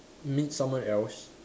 meet someone else